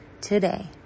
today